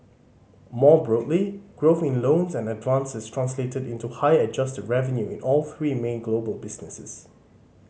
more broadly growth in loans and advances translated into higher adjusted revenue in all three main global businesses